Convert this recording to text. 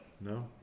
No